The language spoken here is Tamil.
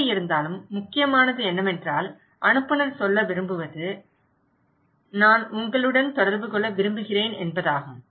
எப்படியிருந்தாலும் முக்கியமானது என்னவென்றால் அனுப்புநர் சொல்ல விரும்பும்போது நான் உங்களுடன் தொடர்பு கொள்ள விரும்புகிறேன் என்பதாகும்